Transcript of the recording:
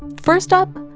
first up,